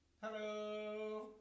Hello